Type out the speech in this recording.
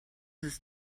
his